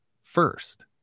first